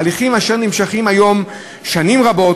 הליכים אשר נמשכים היום שנים רבות